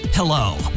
Hello